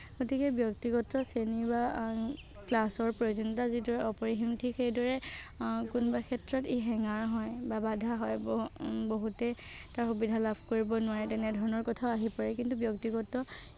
গতিকে ব্যক্তিগত শ্ৰেণী বা ক্লাছৰ প্ৰয়োজনীয়তা যিদৰে অপৰিসীম থিক সেইদৰে কোনোবা ক্ষেত্ৰত ই হেঙাৰ হয় বা বাধা হয় বহু বহুতে এটা সুবিধা লাভ কৰিব নোৱাৰে তেনেধৰণৰ কথাও আহি পৰে কিন্তু ব্যক্তিগত